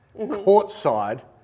courtside